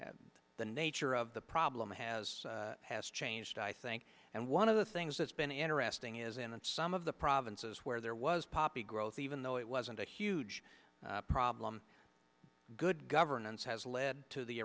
had the nature of the problem has has changed i think and one of the things that's been interesting is in that some of the provinces where there was poppy growth even though it wasn't a huge problem good governance has led to the